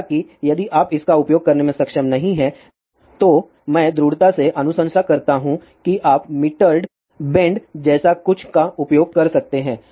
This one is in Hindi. हालाँकि यदि आप इसका उपयोग करने में सक्षम नहीं हैं तो मैं दृढ़ता से अनुशंसा करता हूं कि आप मिटर्ड बेंड जैसे कुछ का उपयोग कर सकते हैं